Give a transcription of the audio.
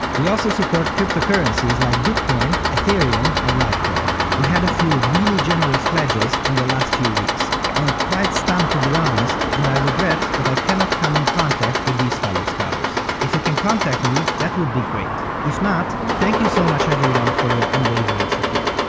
we also support cryptocurrencies like bitcoin, ethereum and litecoin. we had a few really generous pledges in the last few weeks. i am quite stunned to be honest, and i regret that i cannot come in contact with these fellow scholars. if you can contact me, that would be great, if not, thank you so much everyone for your unwavering support.